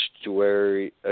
estuary